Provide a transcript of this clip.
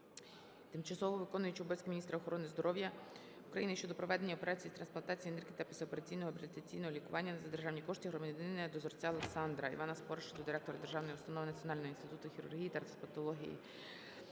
тимчасово виконуючої обов'язки Міністра охорони здоров'я України щодо проведення операції з трансплантації нирки та післяопераційного реабілітаційного лікування за державні кошти громадянина Дозорця Олександра. Івана Спориша до Директора Державної установи "Національний інститут хірургії та трансплантології